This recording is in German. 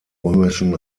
römischen